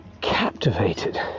captivated